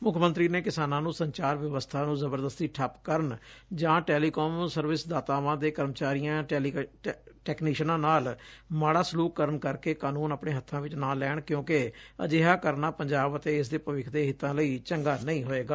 ਮੱਖ ਮੰਤਰੀ ਨੇ ਕਿਸਾਨਾਂ ਨੂੰ ਸੰਚਾਰ ਵਿਵਸਬਾ ਨੂੰ ਜਬਰਦਸਤੀ ਠੱਪ ਕਰਨ ਜਾਂ ਟੈਲੀਕੋਮ ਸਰਵਿਸਦਾਤਾਵਾਂ ਦੇ ਕਰਮਚਾਰੀਆਂ ਟੈਕਨੀਸ਼ਨਾਂ ਨਾਲ ਮਾਤਾ ਸਲੁਕ ਕਰਨ ਕਰਕੇ ਕਾਨੂੰਨ ਆਪਣੇ ਹੱਬਾ ਵਿਚ ਨਾ ਲੈਣ ਕਿਊ'ਕਿ ਅਜਿਹਾ ਕਰਨਾ ਪੰਜਾਬ ਅਤੇ ਇਸਦੇ ਭਵਿੱਖ ਦੇ ਹਿੱਤਾਂ ਲਈ ਚੰਗਾ ਨਹੀਂ ਹੋਏਗਾ